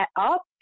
up